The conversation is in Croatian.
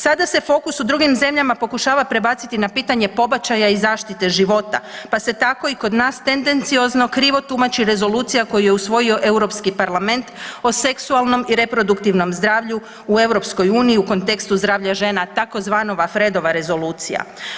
Sada se fokus u drugim zemljama pokušava na pitanje pobačaja i zaštite života pa se tako i kod nas tendenciozno krivo tumači rezolucija koju je usvojio Europski parlament o seksualnom i reproduktivnom zdravlju u EU u kontekstu zdravlja žena tzv. Fredova rezolucija.